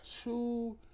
two